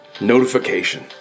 notification